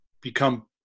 become